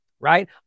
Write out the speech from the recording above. Right